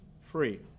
free